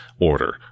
order